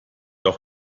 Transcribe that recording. auch